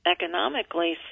economically